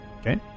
Okay